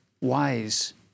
wise